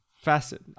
Facet